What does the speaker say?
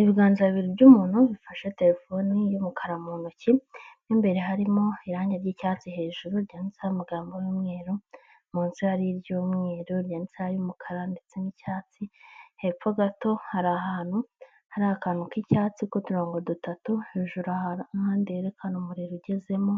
Ibiganza bibiri by'umuntu bifashe telefoni y'umukara mu ntoki, mu imbere harimo irange ry'icyatsi hejuru ryanditseho amagambo y'umweru, munsi hari iry'umweru ryanditseho ay'umukara ndetse n'icyatsi, hepfo gato hari ahantu hari akantu k'icyatsi k'uturongo dutatu, hejuru hari ahandi herekana umuriro ugezemo,